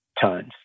Tons